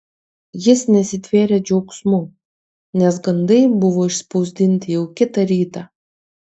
jis nesitvėrė džiaugsmu nes gandai buvo išspausdinti jau kitą rytą